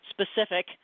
specific